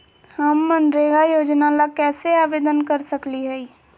हम मनरेगा योजना ला कैसे आवेदन कर सकली हई?